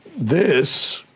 this,